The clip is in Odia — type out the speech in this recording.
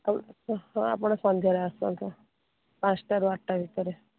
ଆଉ ହଁ ଆପଣ ସନ୍ଧ୍ୟାରେ ଆସନ୍ତୁ ପାଞ୍ଚଟାରୁ ଆଠଟା ଭିତରେ